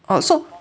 oh so